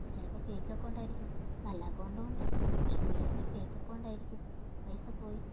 അത് ചിലപ്പോൾ fake account ആയിരിക്കും നല്ല അക്കൗണ്ടും ഉണ്ട് പക്ഷേ മെയിൻലി ഫേക്ക് അക്കൗണ്ടായിരിക്കും പൈസ പോയി